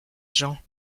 jean